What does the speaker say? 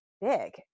big